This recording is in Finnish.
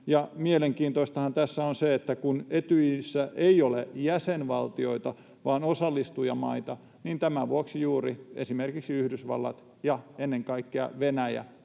Mielenkiintoistahan tässä on se, että kun Etyjissä ei ole jäsenvaltioita vaan osallistujamaita, niin tämän vuoksi juuri esimerkiksi Yhdysvallat ja ennen kaikkea Venäjä